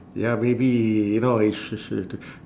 ya maybe you know is he sh~ sh~ t~